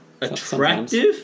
Attractive